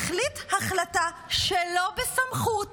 החליט החלטה שלא בסמכות